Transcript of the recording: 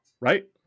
Right